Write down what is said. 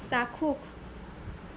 চাক্ষুষ